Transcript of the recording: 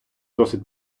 досить